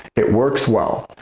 it works well,